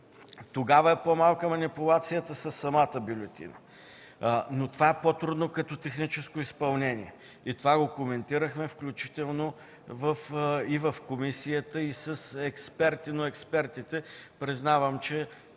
Тогава е по-малка манипулацията със самата бюлетина. Но това е по-трудно като техническо изпълнение. И това го коментирахме, включително в комисията и с експерти, но експертите, признавам, че